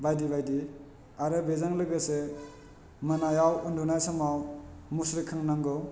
बायदि बायदि आरो बेजों लोगोसे मोनायाव उन्दुनाय समाव मुस्रि खोंनांगौ